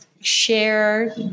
share